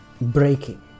breaking